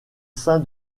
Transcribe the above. sein